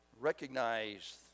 Recognize